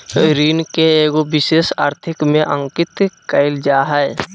ऋण के एगो विशेष आर्थिक में अंकित कइल जा हइ